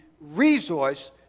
resource